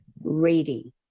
reading